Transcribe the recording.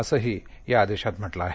असही या आदेशात म्हटलं आहे